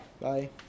Bye